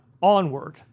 onward